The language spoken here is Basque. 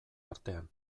artean